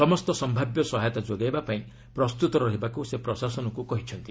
ସମସ୍ତ ସମ୍ଭାବ୍ୟ ସହାୟତା ଯୋଗାଇବାପାଇଁ ପ୍ରସ୍ତୁତ ରହିବାକୁ ସେ ପ୍ରଶାସନକୁ କହିଛନ୍ତି